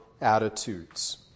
attitudes